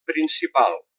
principal